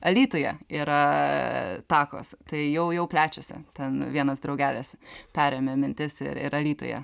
alytuje yra takos tai jau jau plečiasi ten vienas draugelis perėmė mintis ir ir alytuje